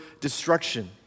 destruction